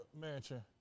Mansion